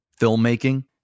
filmmaking